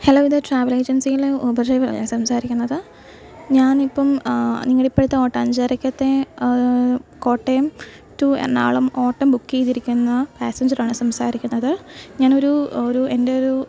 hello ഇത് travel എജന്സിയിലെ ഉപജീവ അല്ലെ സംസാരിക്കുന്നത് ഞാനിപ്പം നിങ്ങളുടെ ഇപ്പോഴത്തെ ഓട്ടം അഞ്ചരക്കത്തെ കോട്ടയം റ്റു എറണാകുളം ഓട്ടം ബുക്ക് ചെയ്തിരിക്കുന്ന പാസ്സെഞ്ചറാണ് സംസാരിക്കുന്നത് ഞാനൊരു ഒരു എന്റെയൊരു